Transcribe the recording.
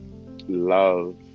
love